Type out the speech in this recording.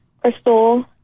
Crystal